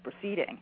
proceeding